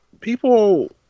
people